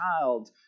child